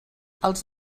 els